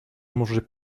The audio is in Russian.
может